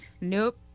Nope